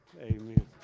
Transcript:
Amen